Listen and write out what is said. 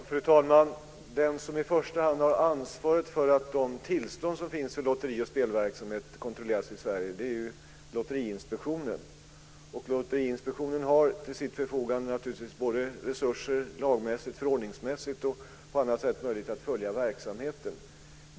Fru talman! Den som i första hand har ansvaret för att de tillstånd som finns för lotteri och spelverksamhet kontrolleras i Sverige är Lotteriinspektionen. Lotteriinspektionen har naturligtvis till sitt förfogande resurser lagmässigt och förhållningsmässigt och på andra sätt möjlighet att följa verksamheten.